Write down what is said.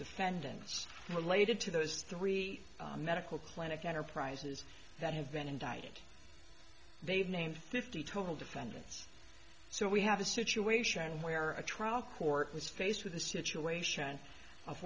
defendants related to those three medical clinic enterprises that have been indicted they've named fifty total defendants so we have a situation where a trial court was faced with a situation of